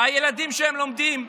הילדים שלהם לומדים פה,